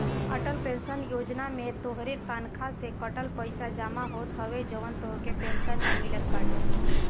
Atal pension Yojana में तोहरे तनखा से कटल पईसा जमा होत हवे जवन तोहके पेंशन में मिलत बाटे